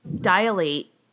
dilate